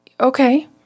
Okay